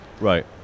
right